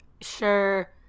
sure